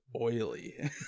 oily